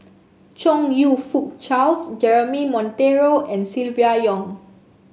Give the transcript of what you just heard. Chong You Fook Charles Jeremy Monteiro and Silvia Yong